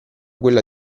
quella